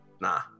nah